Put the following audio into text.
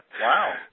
Wow